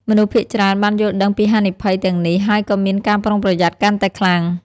មនុស្សភាគច្រើនបានយល់ដឹងពីហានិភ័យទាំងនេះហើយក៏មានការប្រុងប្រយ័ត្នកាន់តែខ្លាំង។